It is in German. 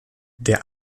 der